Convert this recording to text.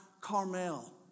Carmel